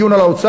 דיון על האוצר,